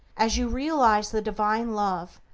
as you realize the divine love,